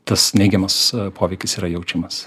tas neigiamas poveikis yra jaučiamas